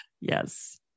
Yes